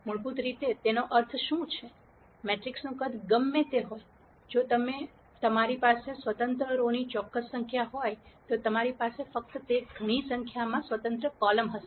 મૂળભૂત રીતે તેનો અર્થ શું છે મેટ્રિક્સનું કદ ગમે તે હોય જો તમારી પાસે સ્વતંત્ર રો ની ચોક્કસ સંખ્યા હોય તો તમારી પાસે ફક્ત તે ઘણી સંખ્યામાં સ્વતંત્ર કોલમ હશે